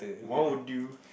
what would you